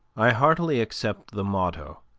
i heartily accept the motto,